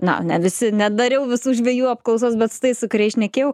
na ne visi nedariau visų žvejų apklausas bet su tais su kuriais šnekėjau